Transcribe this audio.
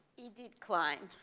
idit klein.